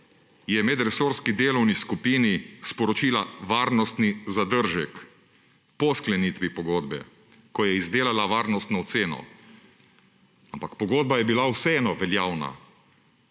je medresorski delovni skupini sporočila varnostni zadržek po sklenitvi pogodbe, ko je izdelala varnostno oceno. Ampak pogodba je bila vseeno veljavna.